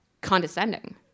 Condescending